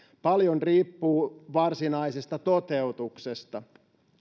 paljon riippuu varsinaisesta toteutuksesta